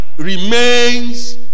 Remains